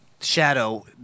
Shadow